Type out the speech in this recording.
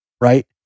right